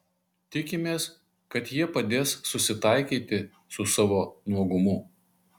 tikimės kad jie padės susitaikyti su savo nuogumu